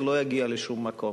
זה לא יגיע לשום מקום.